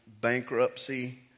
bankruptcy